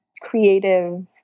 creative